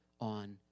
on